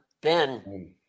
Ben